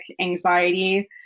anxiety